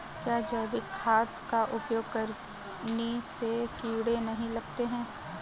क्या जैविक खाद का उपयोग करने से कीड़े नहीं लगते हैं?